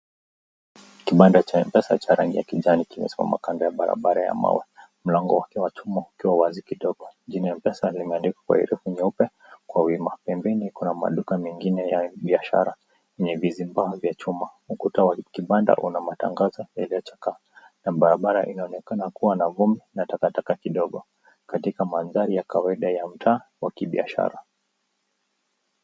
Kibanda cha M-pesa cha rangi ya kijani kimesimama kando ya barabara ya mawe. Mlango wake wa chuma ukiwa wazi kidogo. Jina M-pesa limeandikwa kwa herufi nyeupe kwa wima. Pembeni kuna maduka mengine ya biashara yenye vizimba vya chuma. Ukuta wa kibanda una matangazo yaliyochakaa na barabara inaonekana kuwa na vumbi na takataka kidogo katika mandhari ya kawaida ya mtaa wa kibiashara.